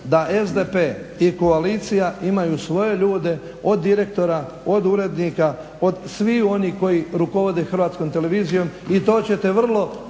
da SDP i koalicija imaju svoje ljude od direktora, od urednika, od svih onih koji rukovode HRT-om i to ćete vrlo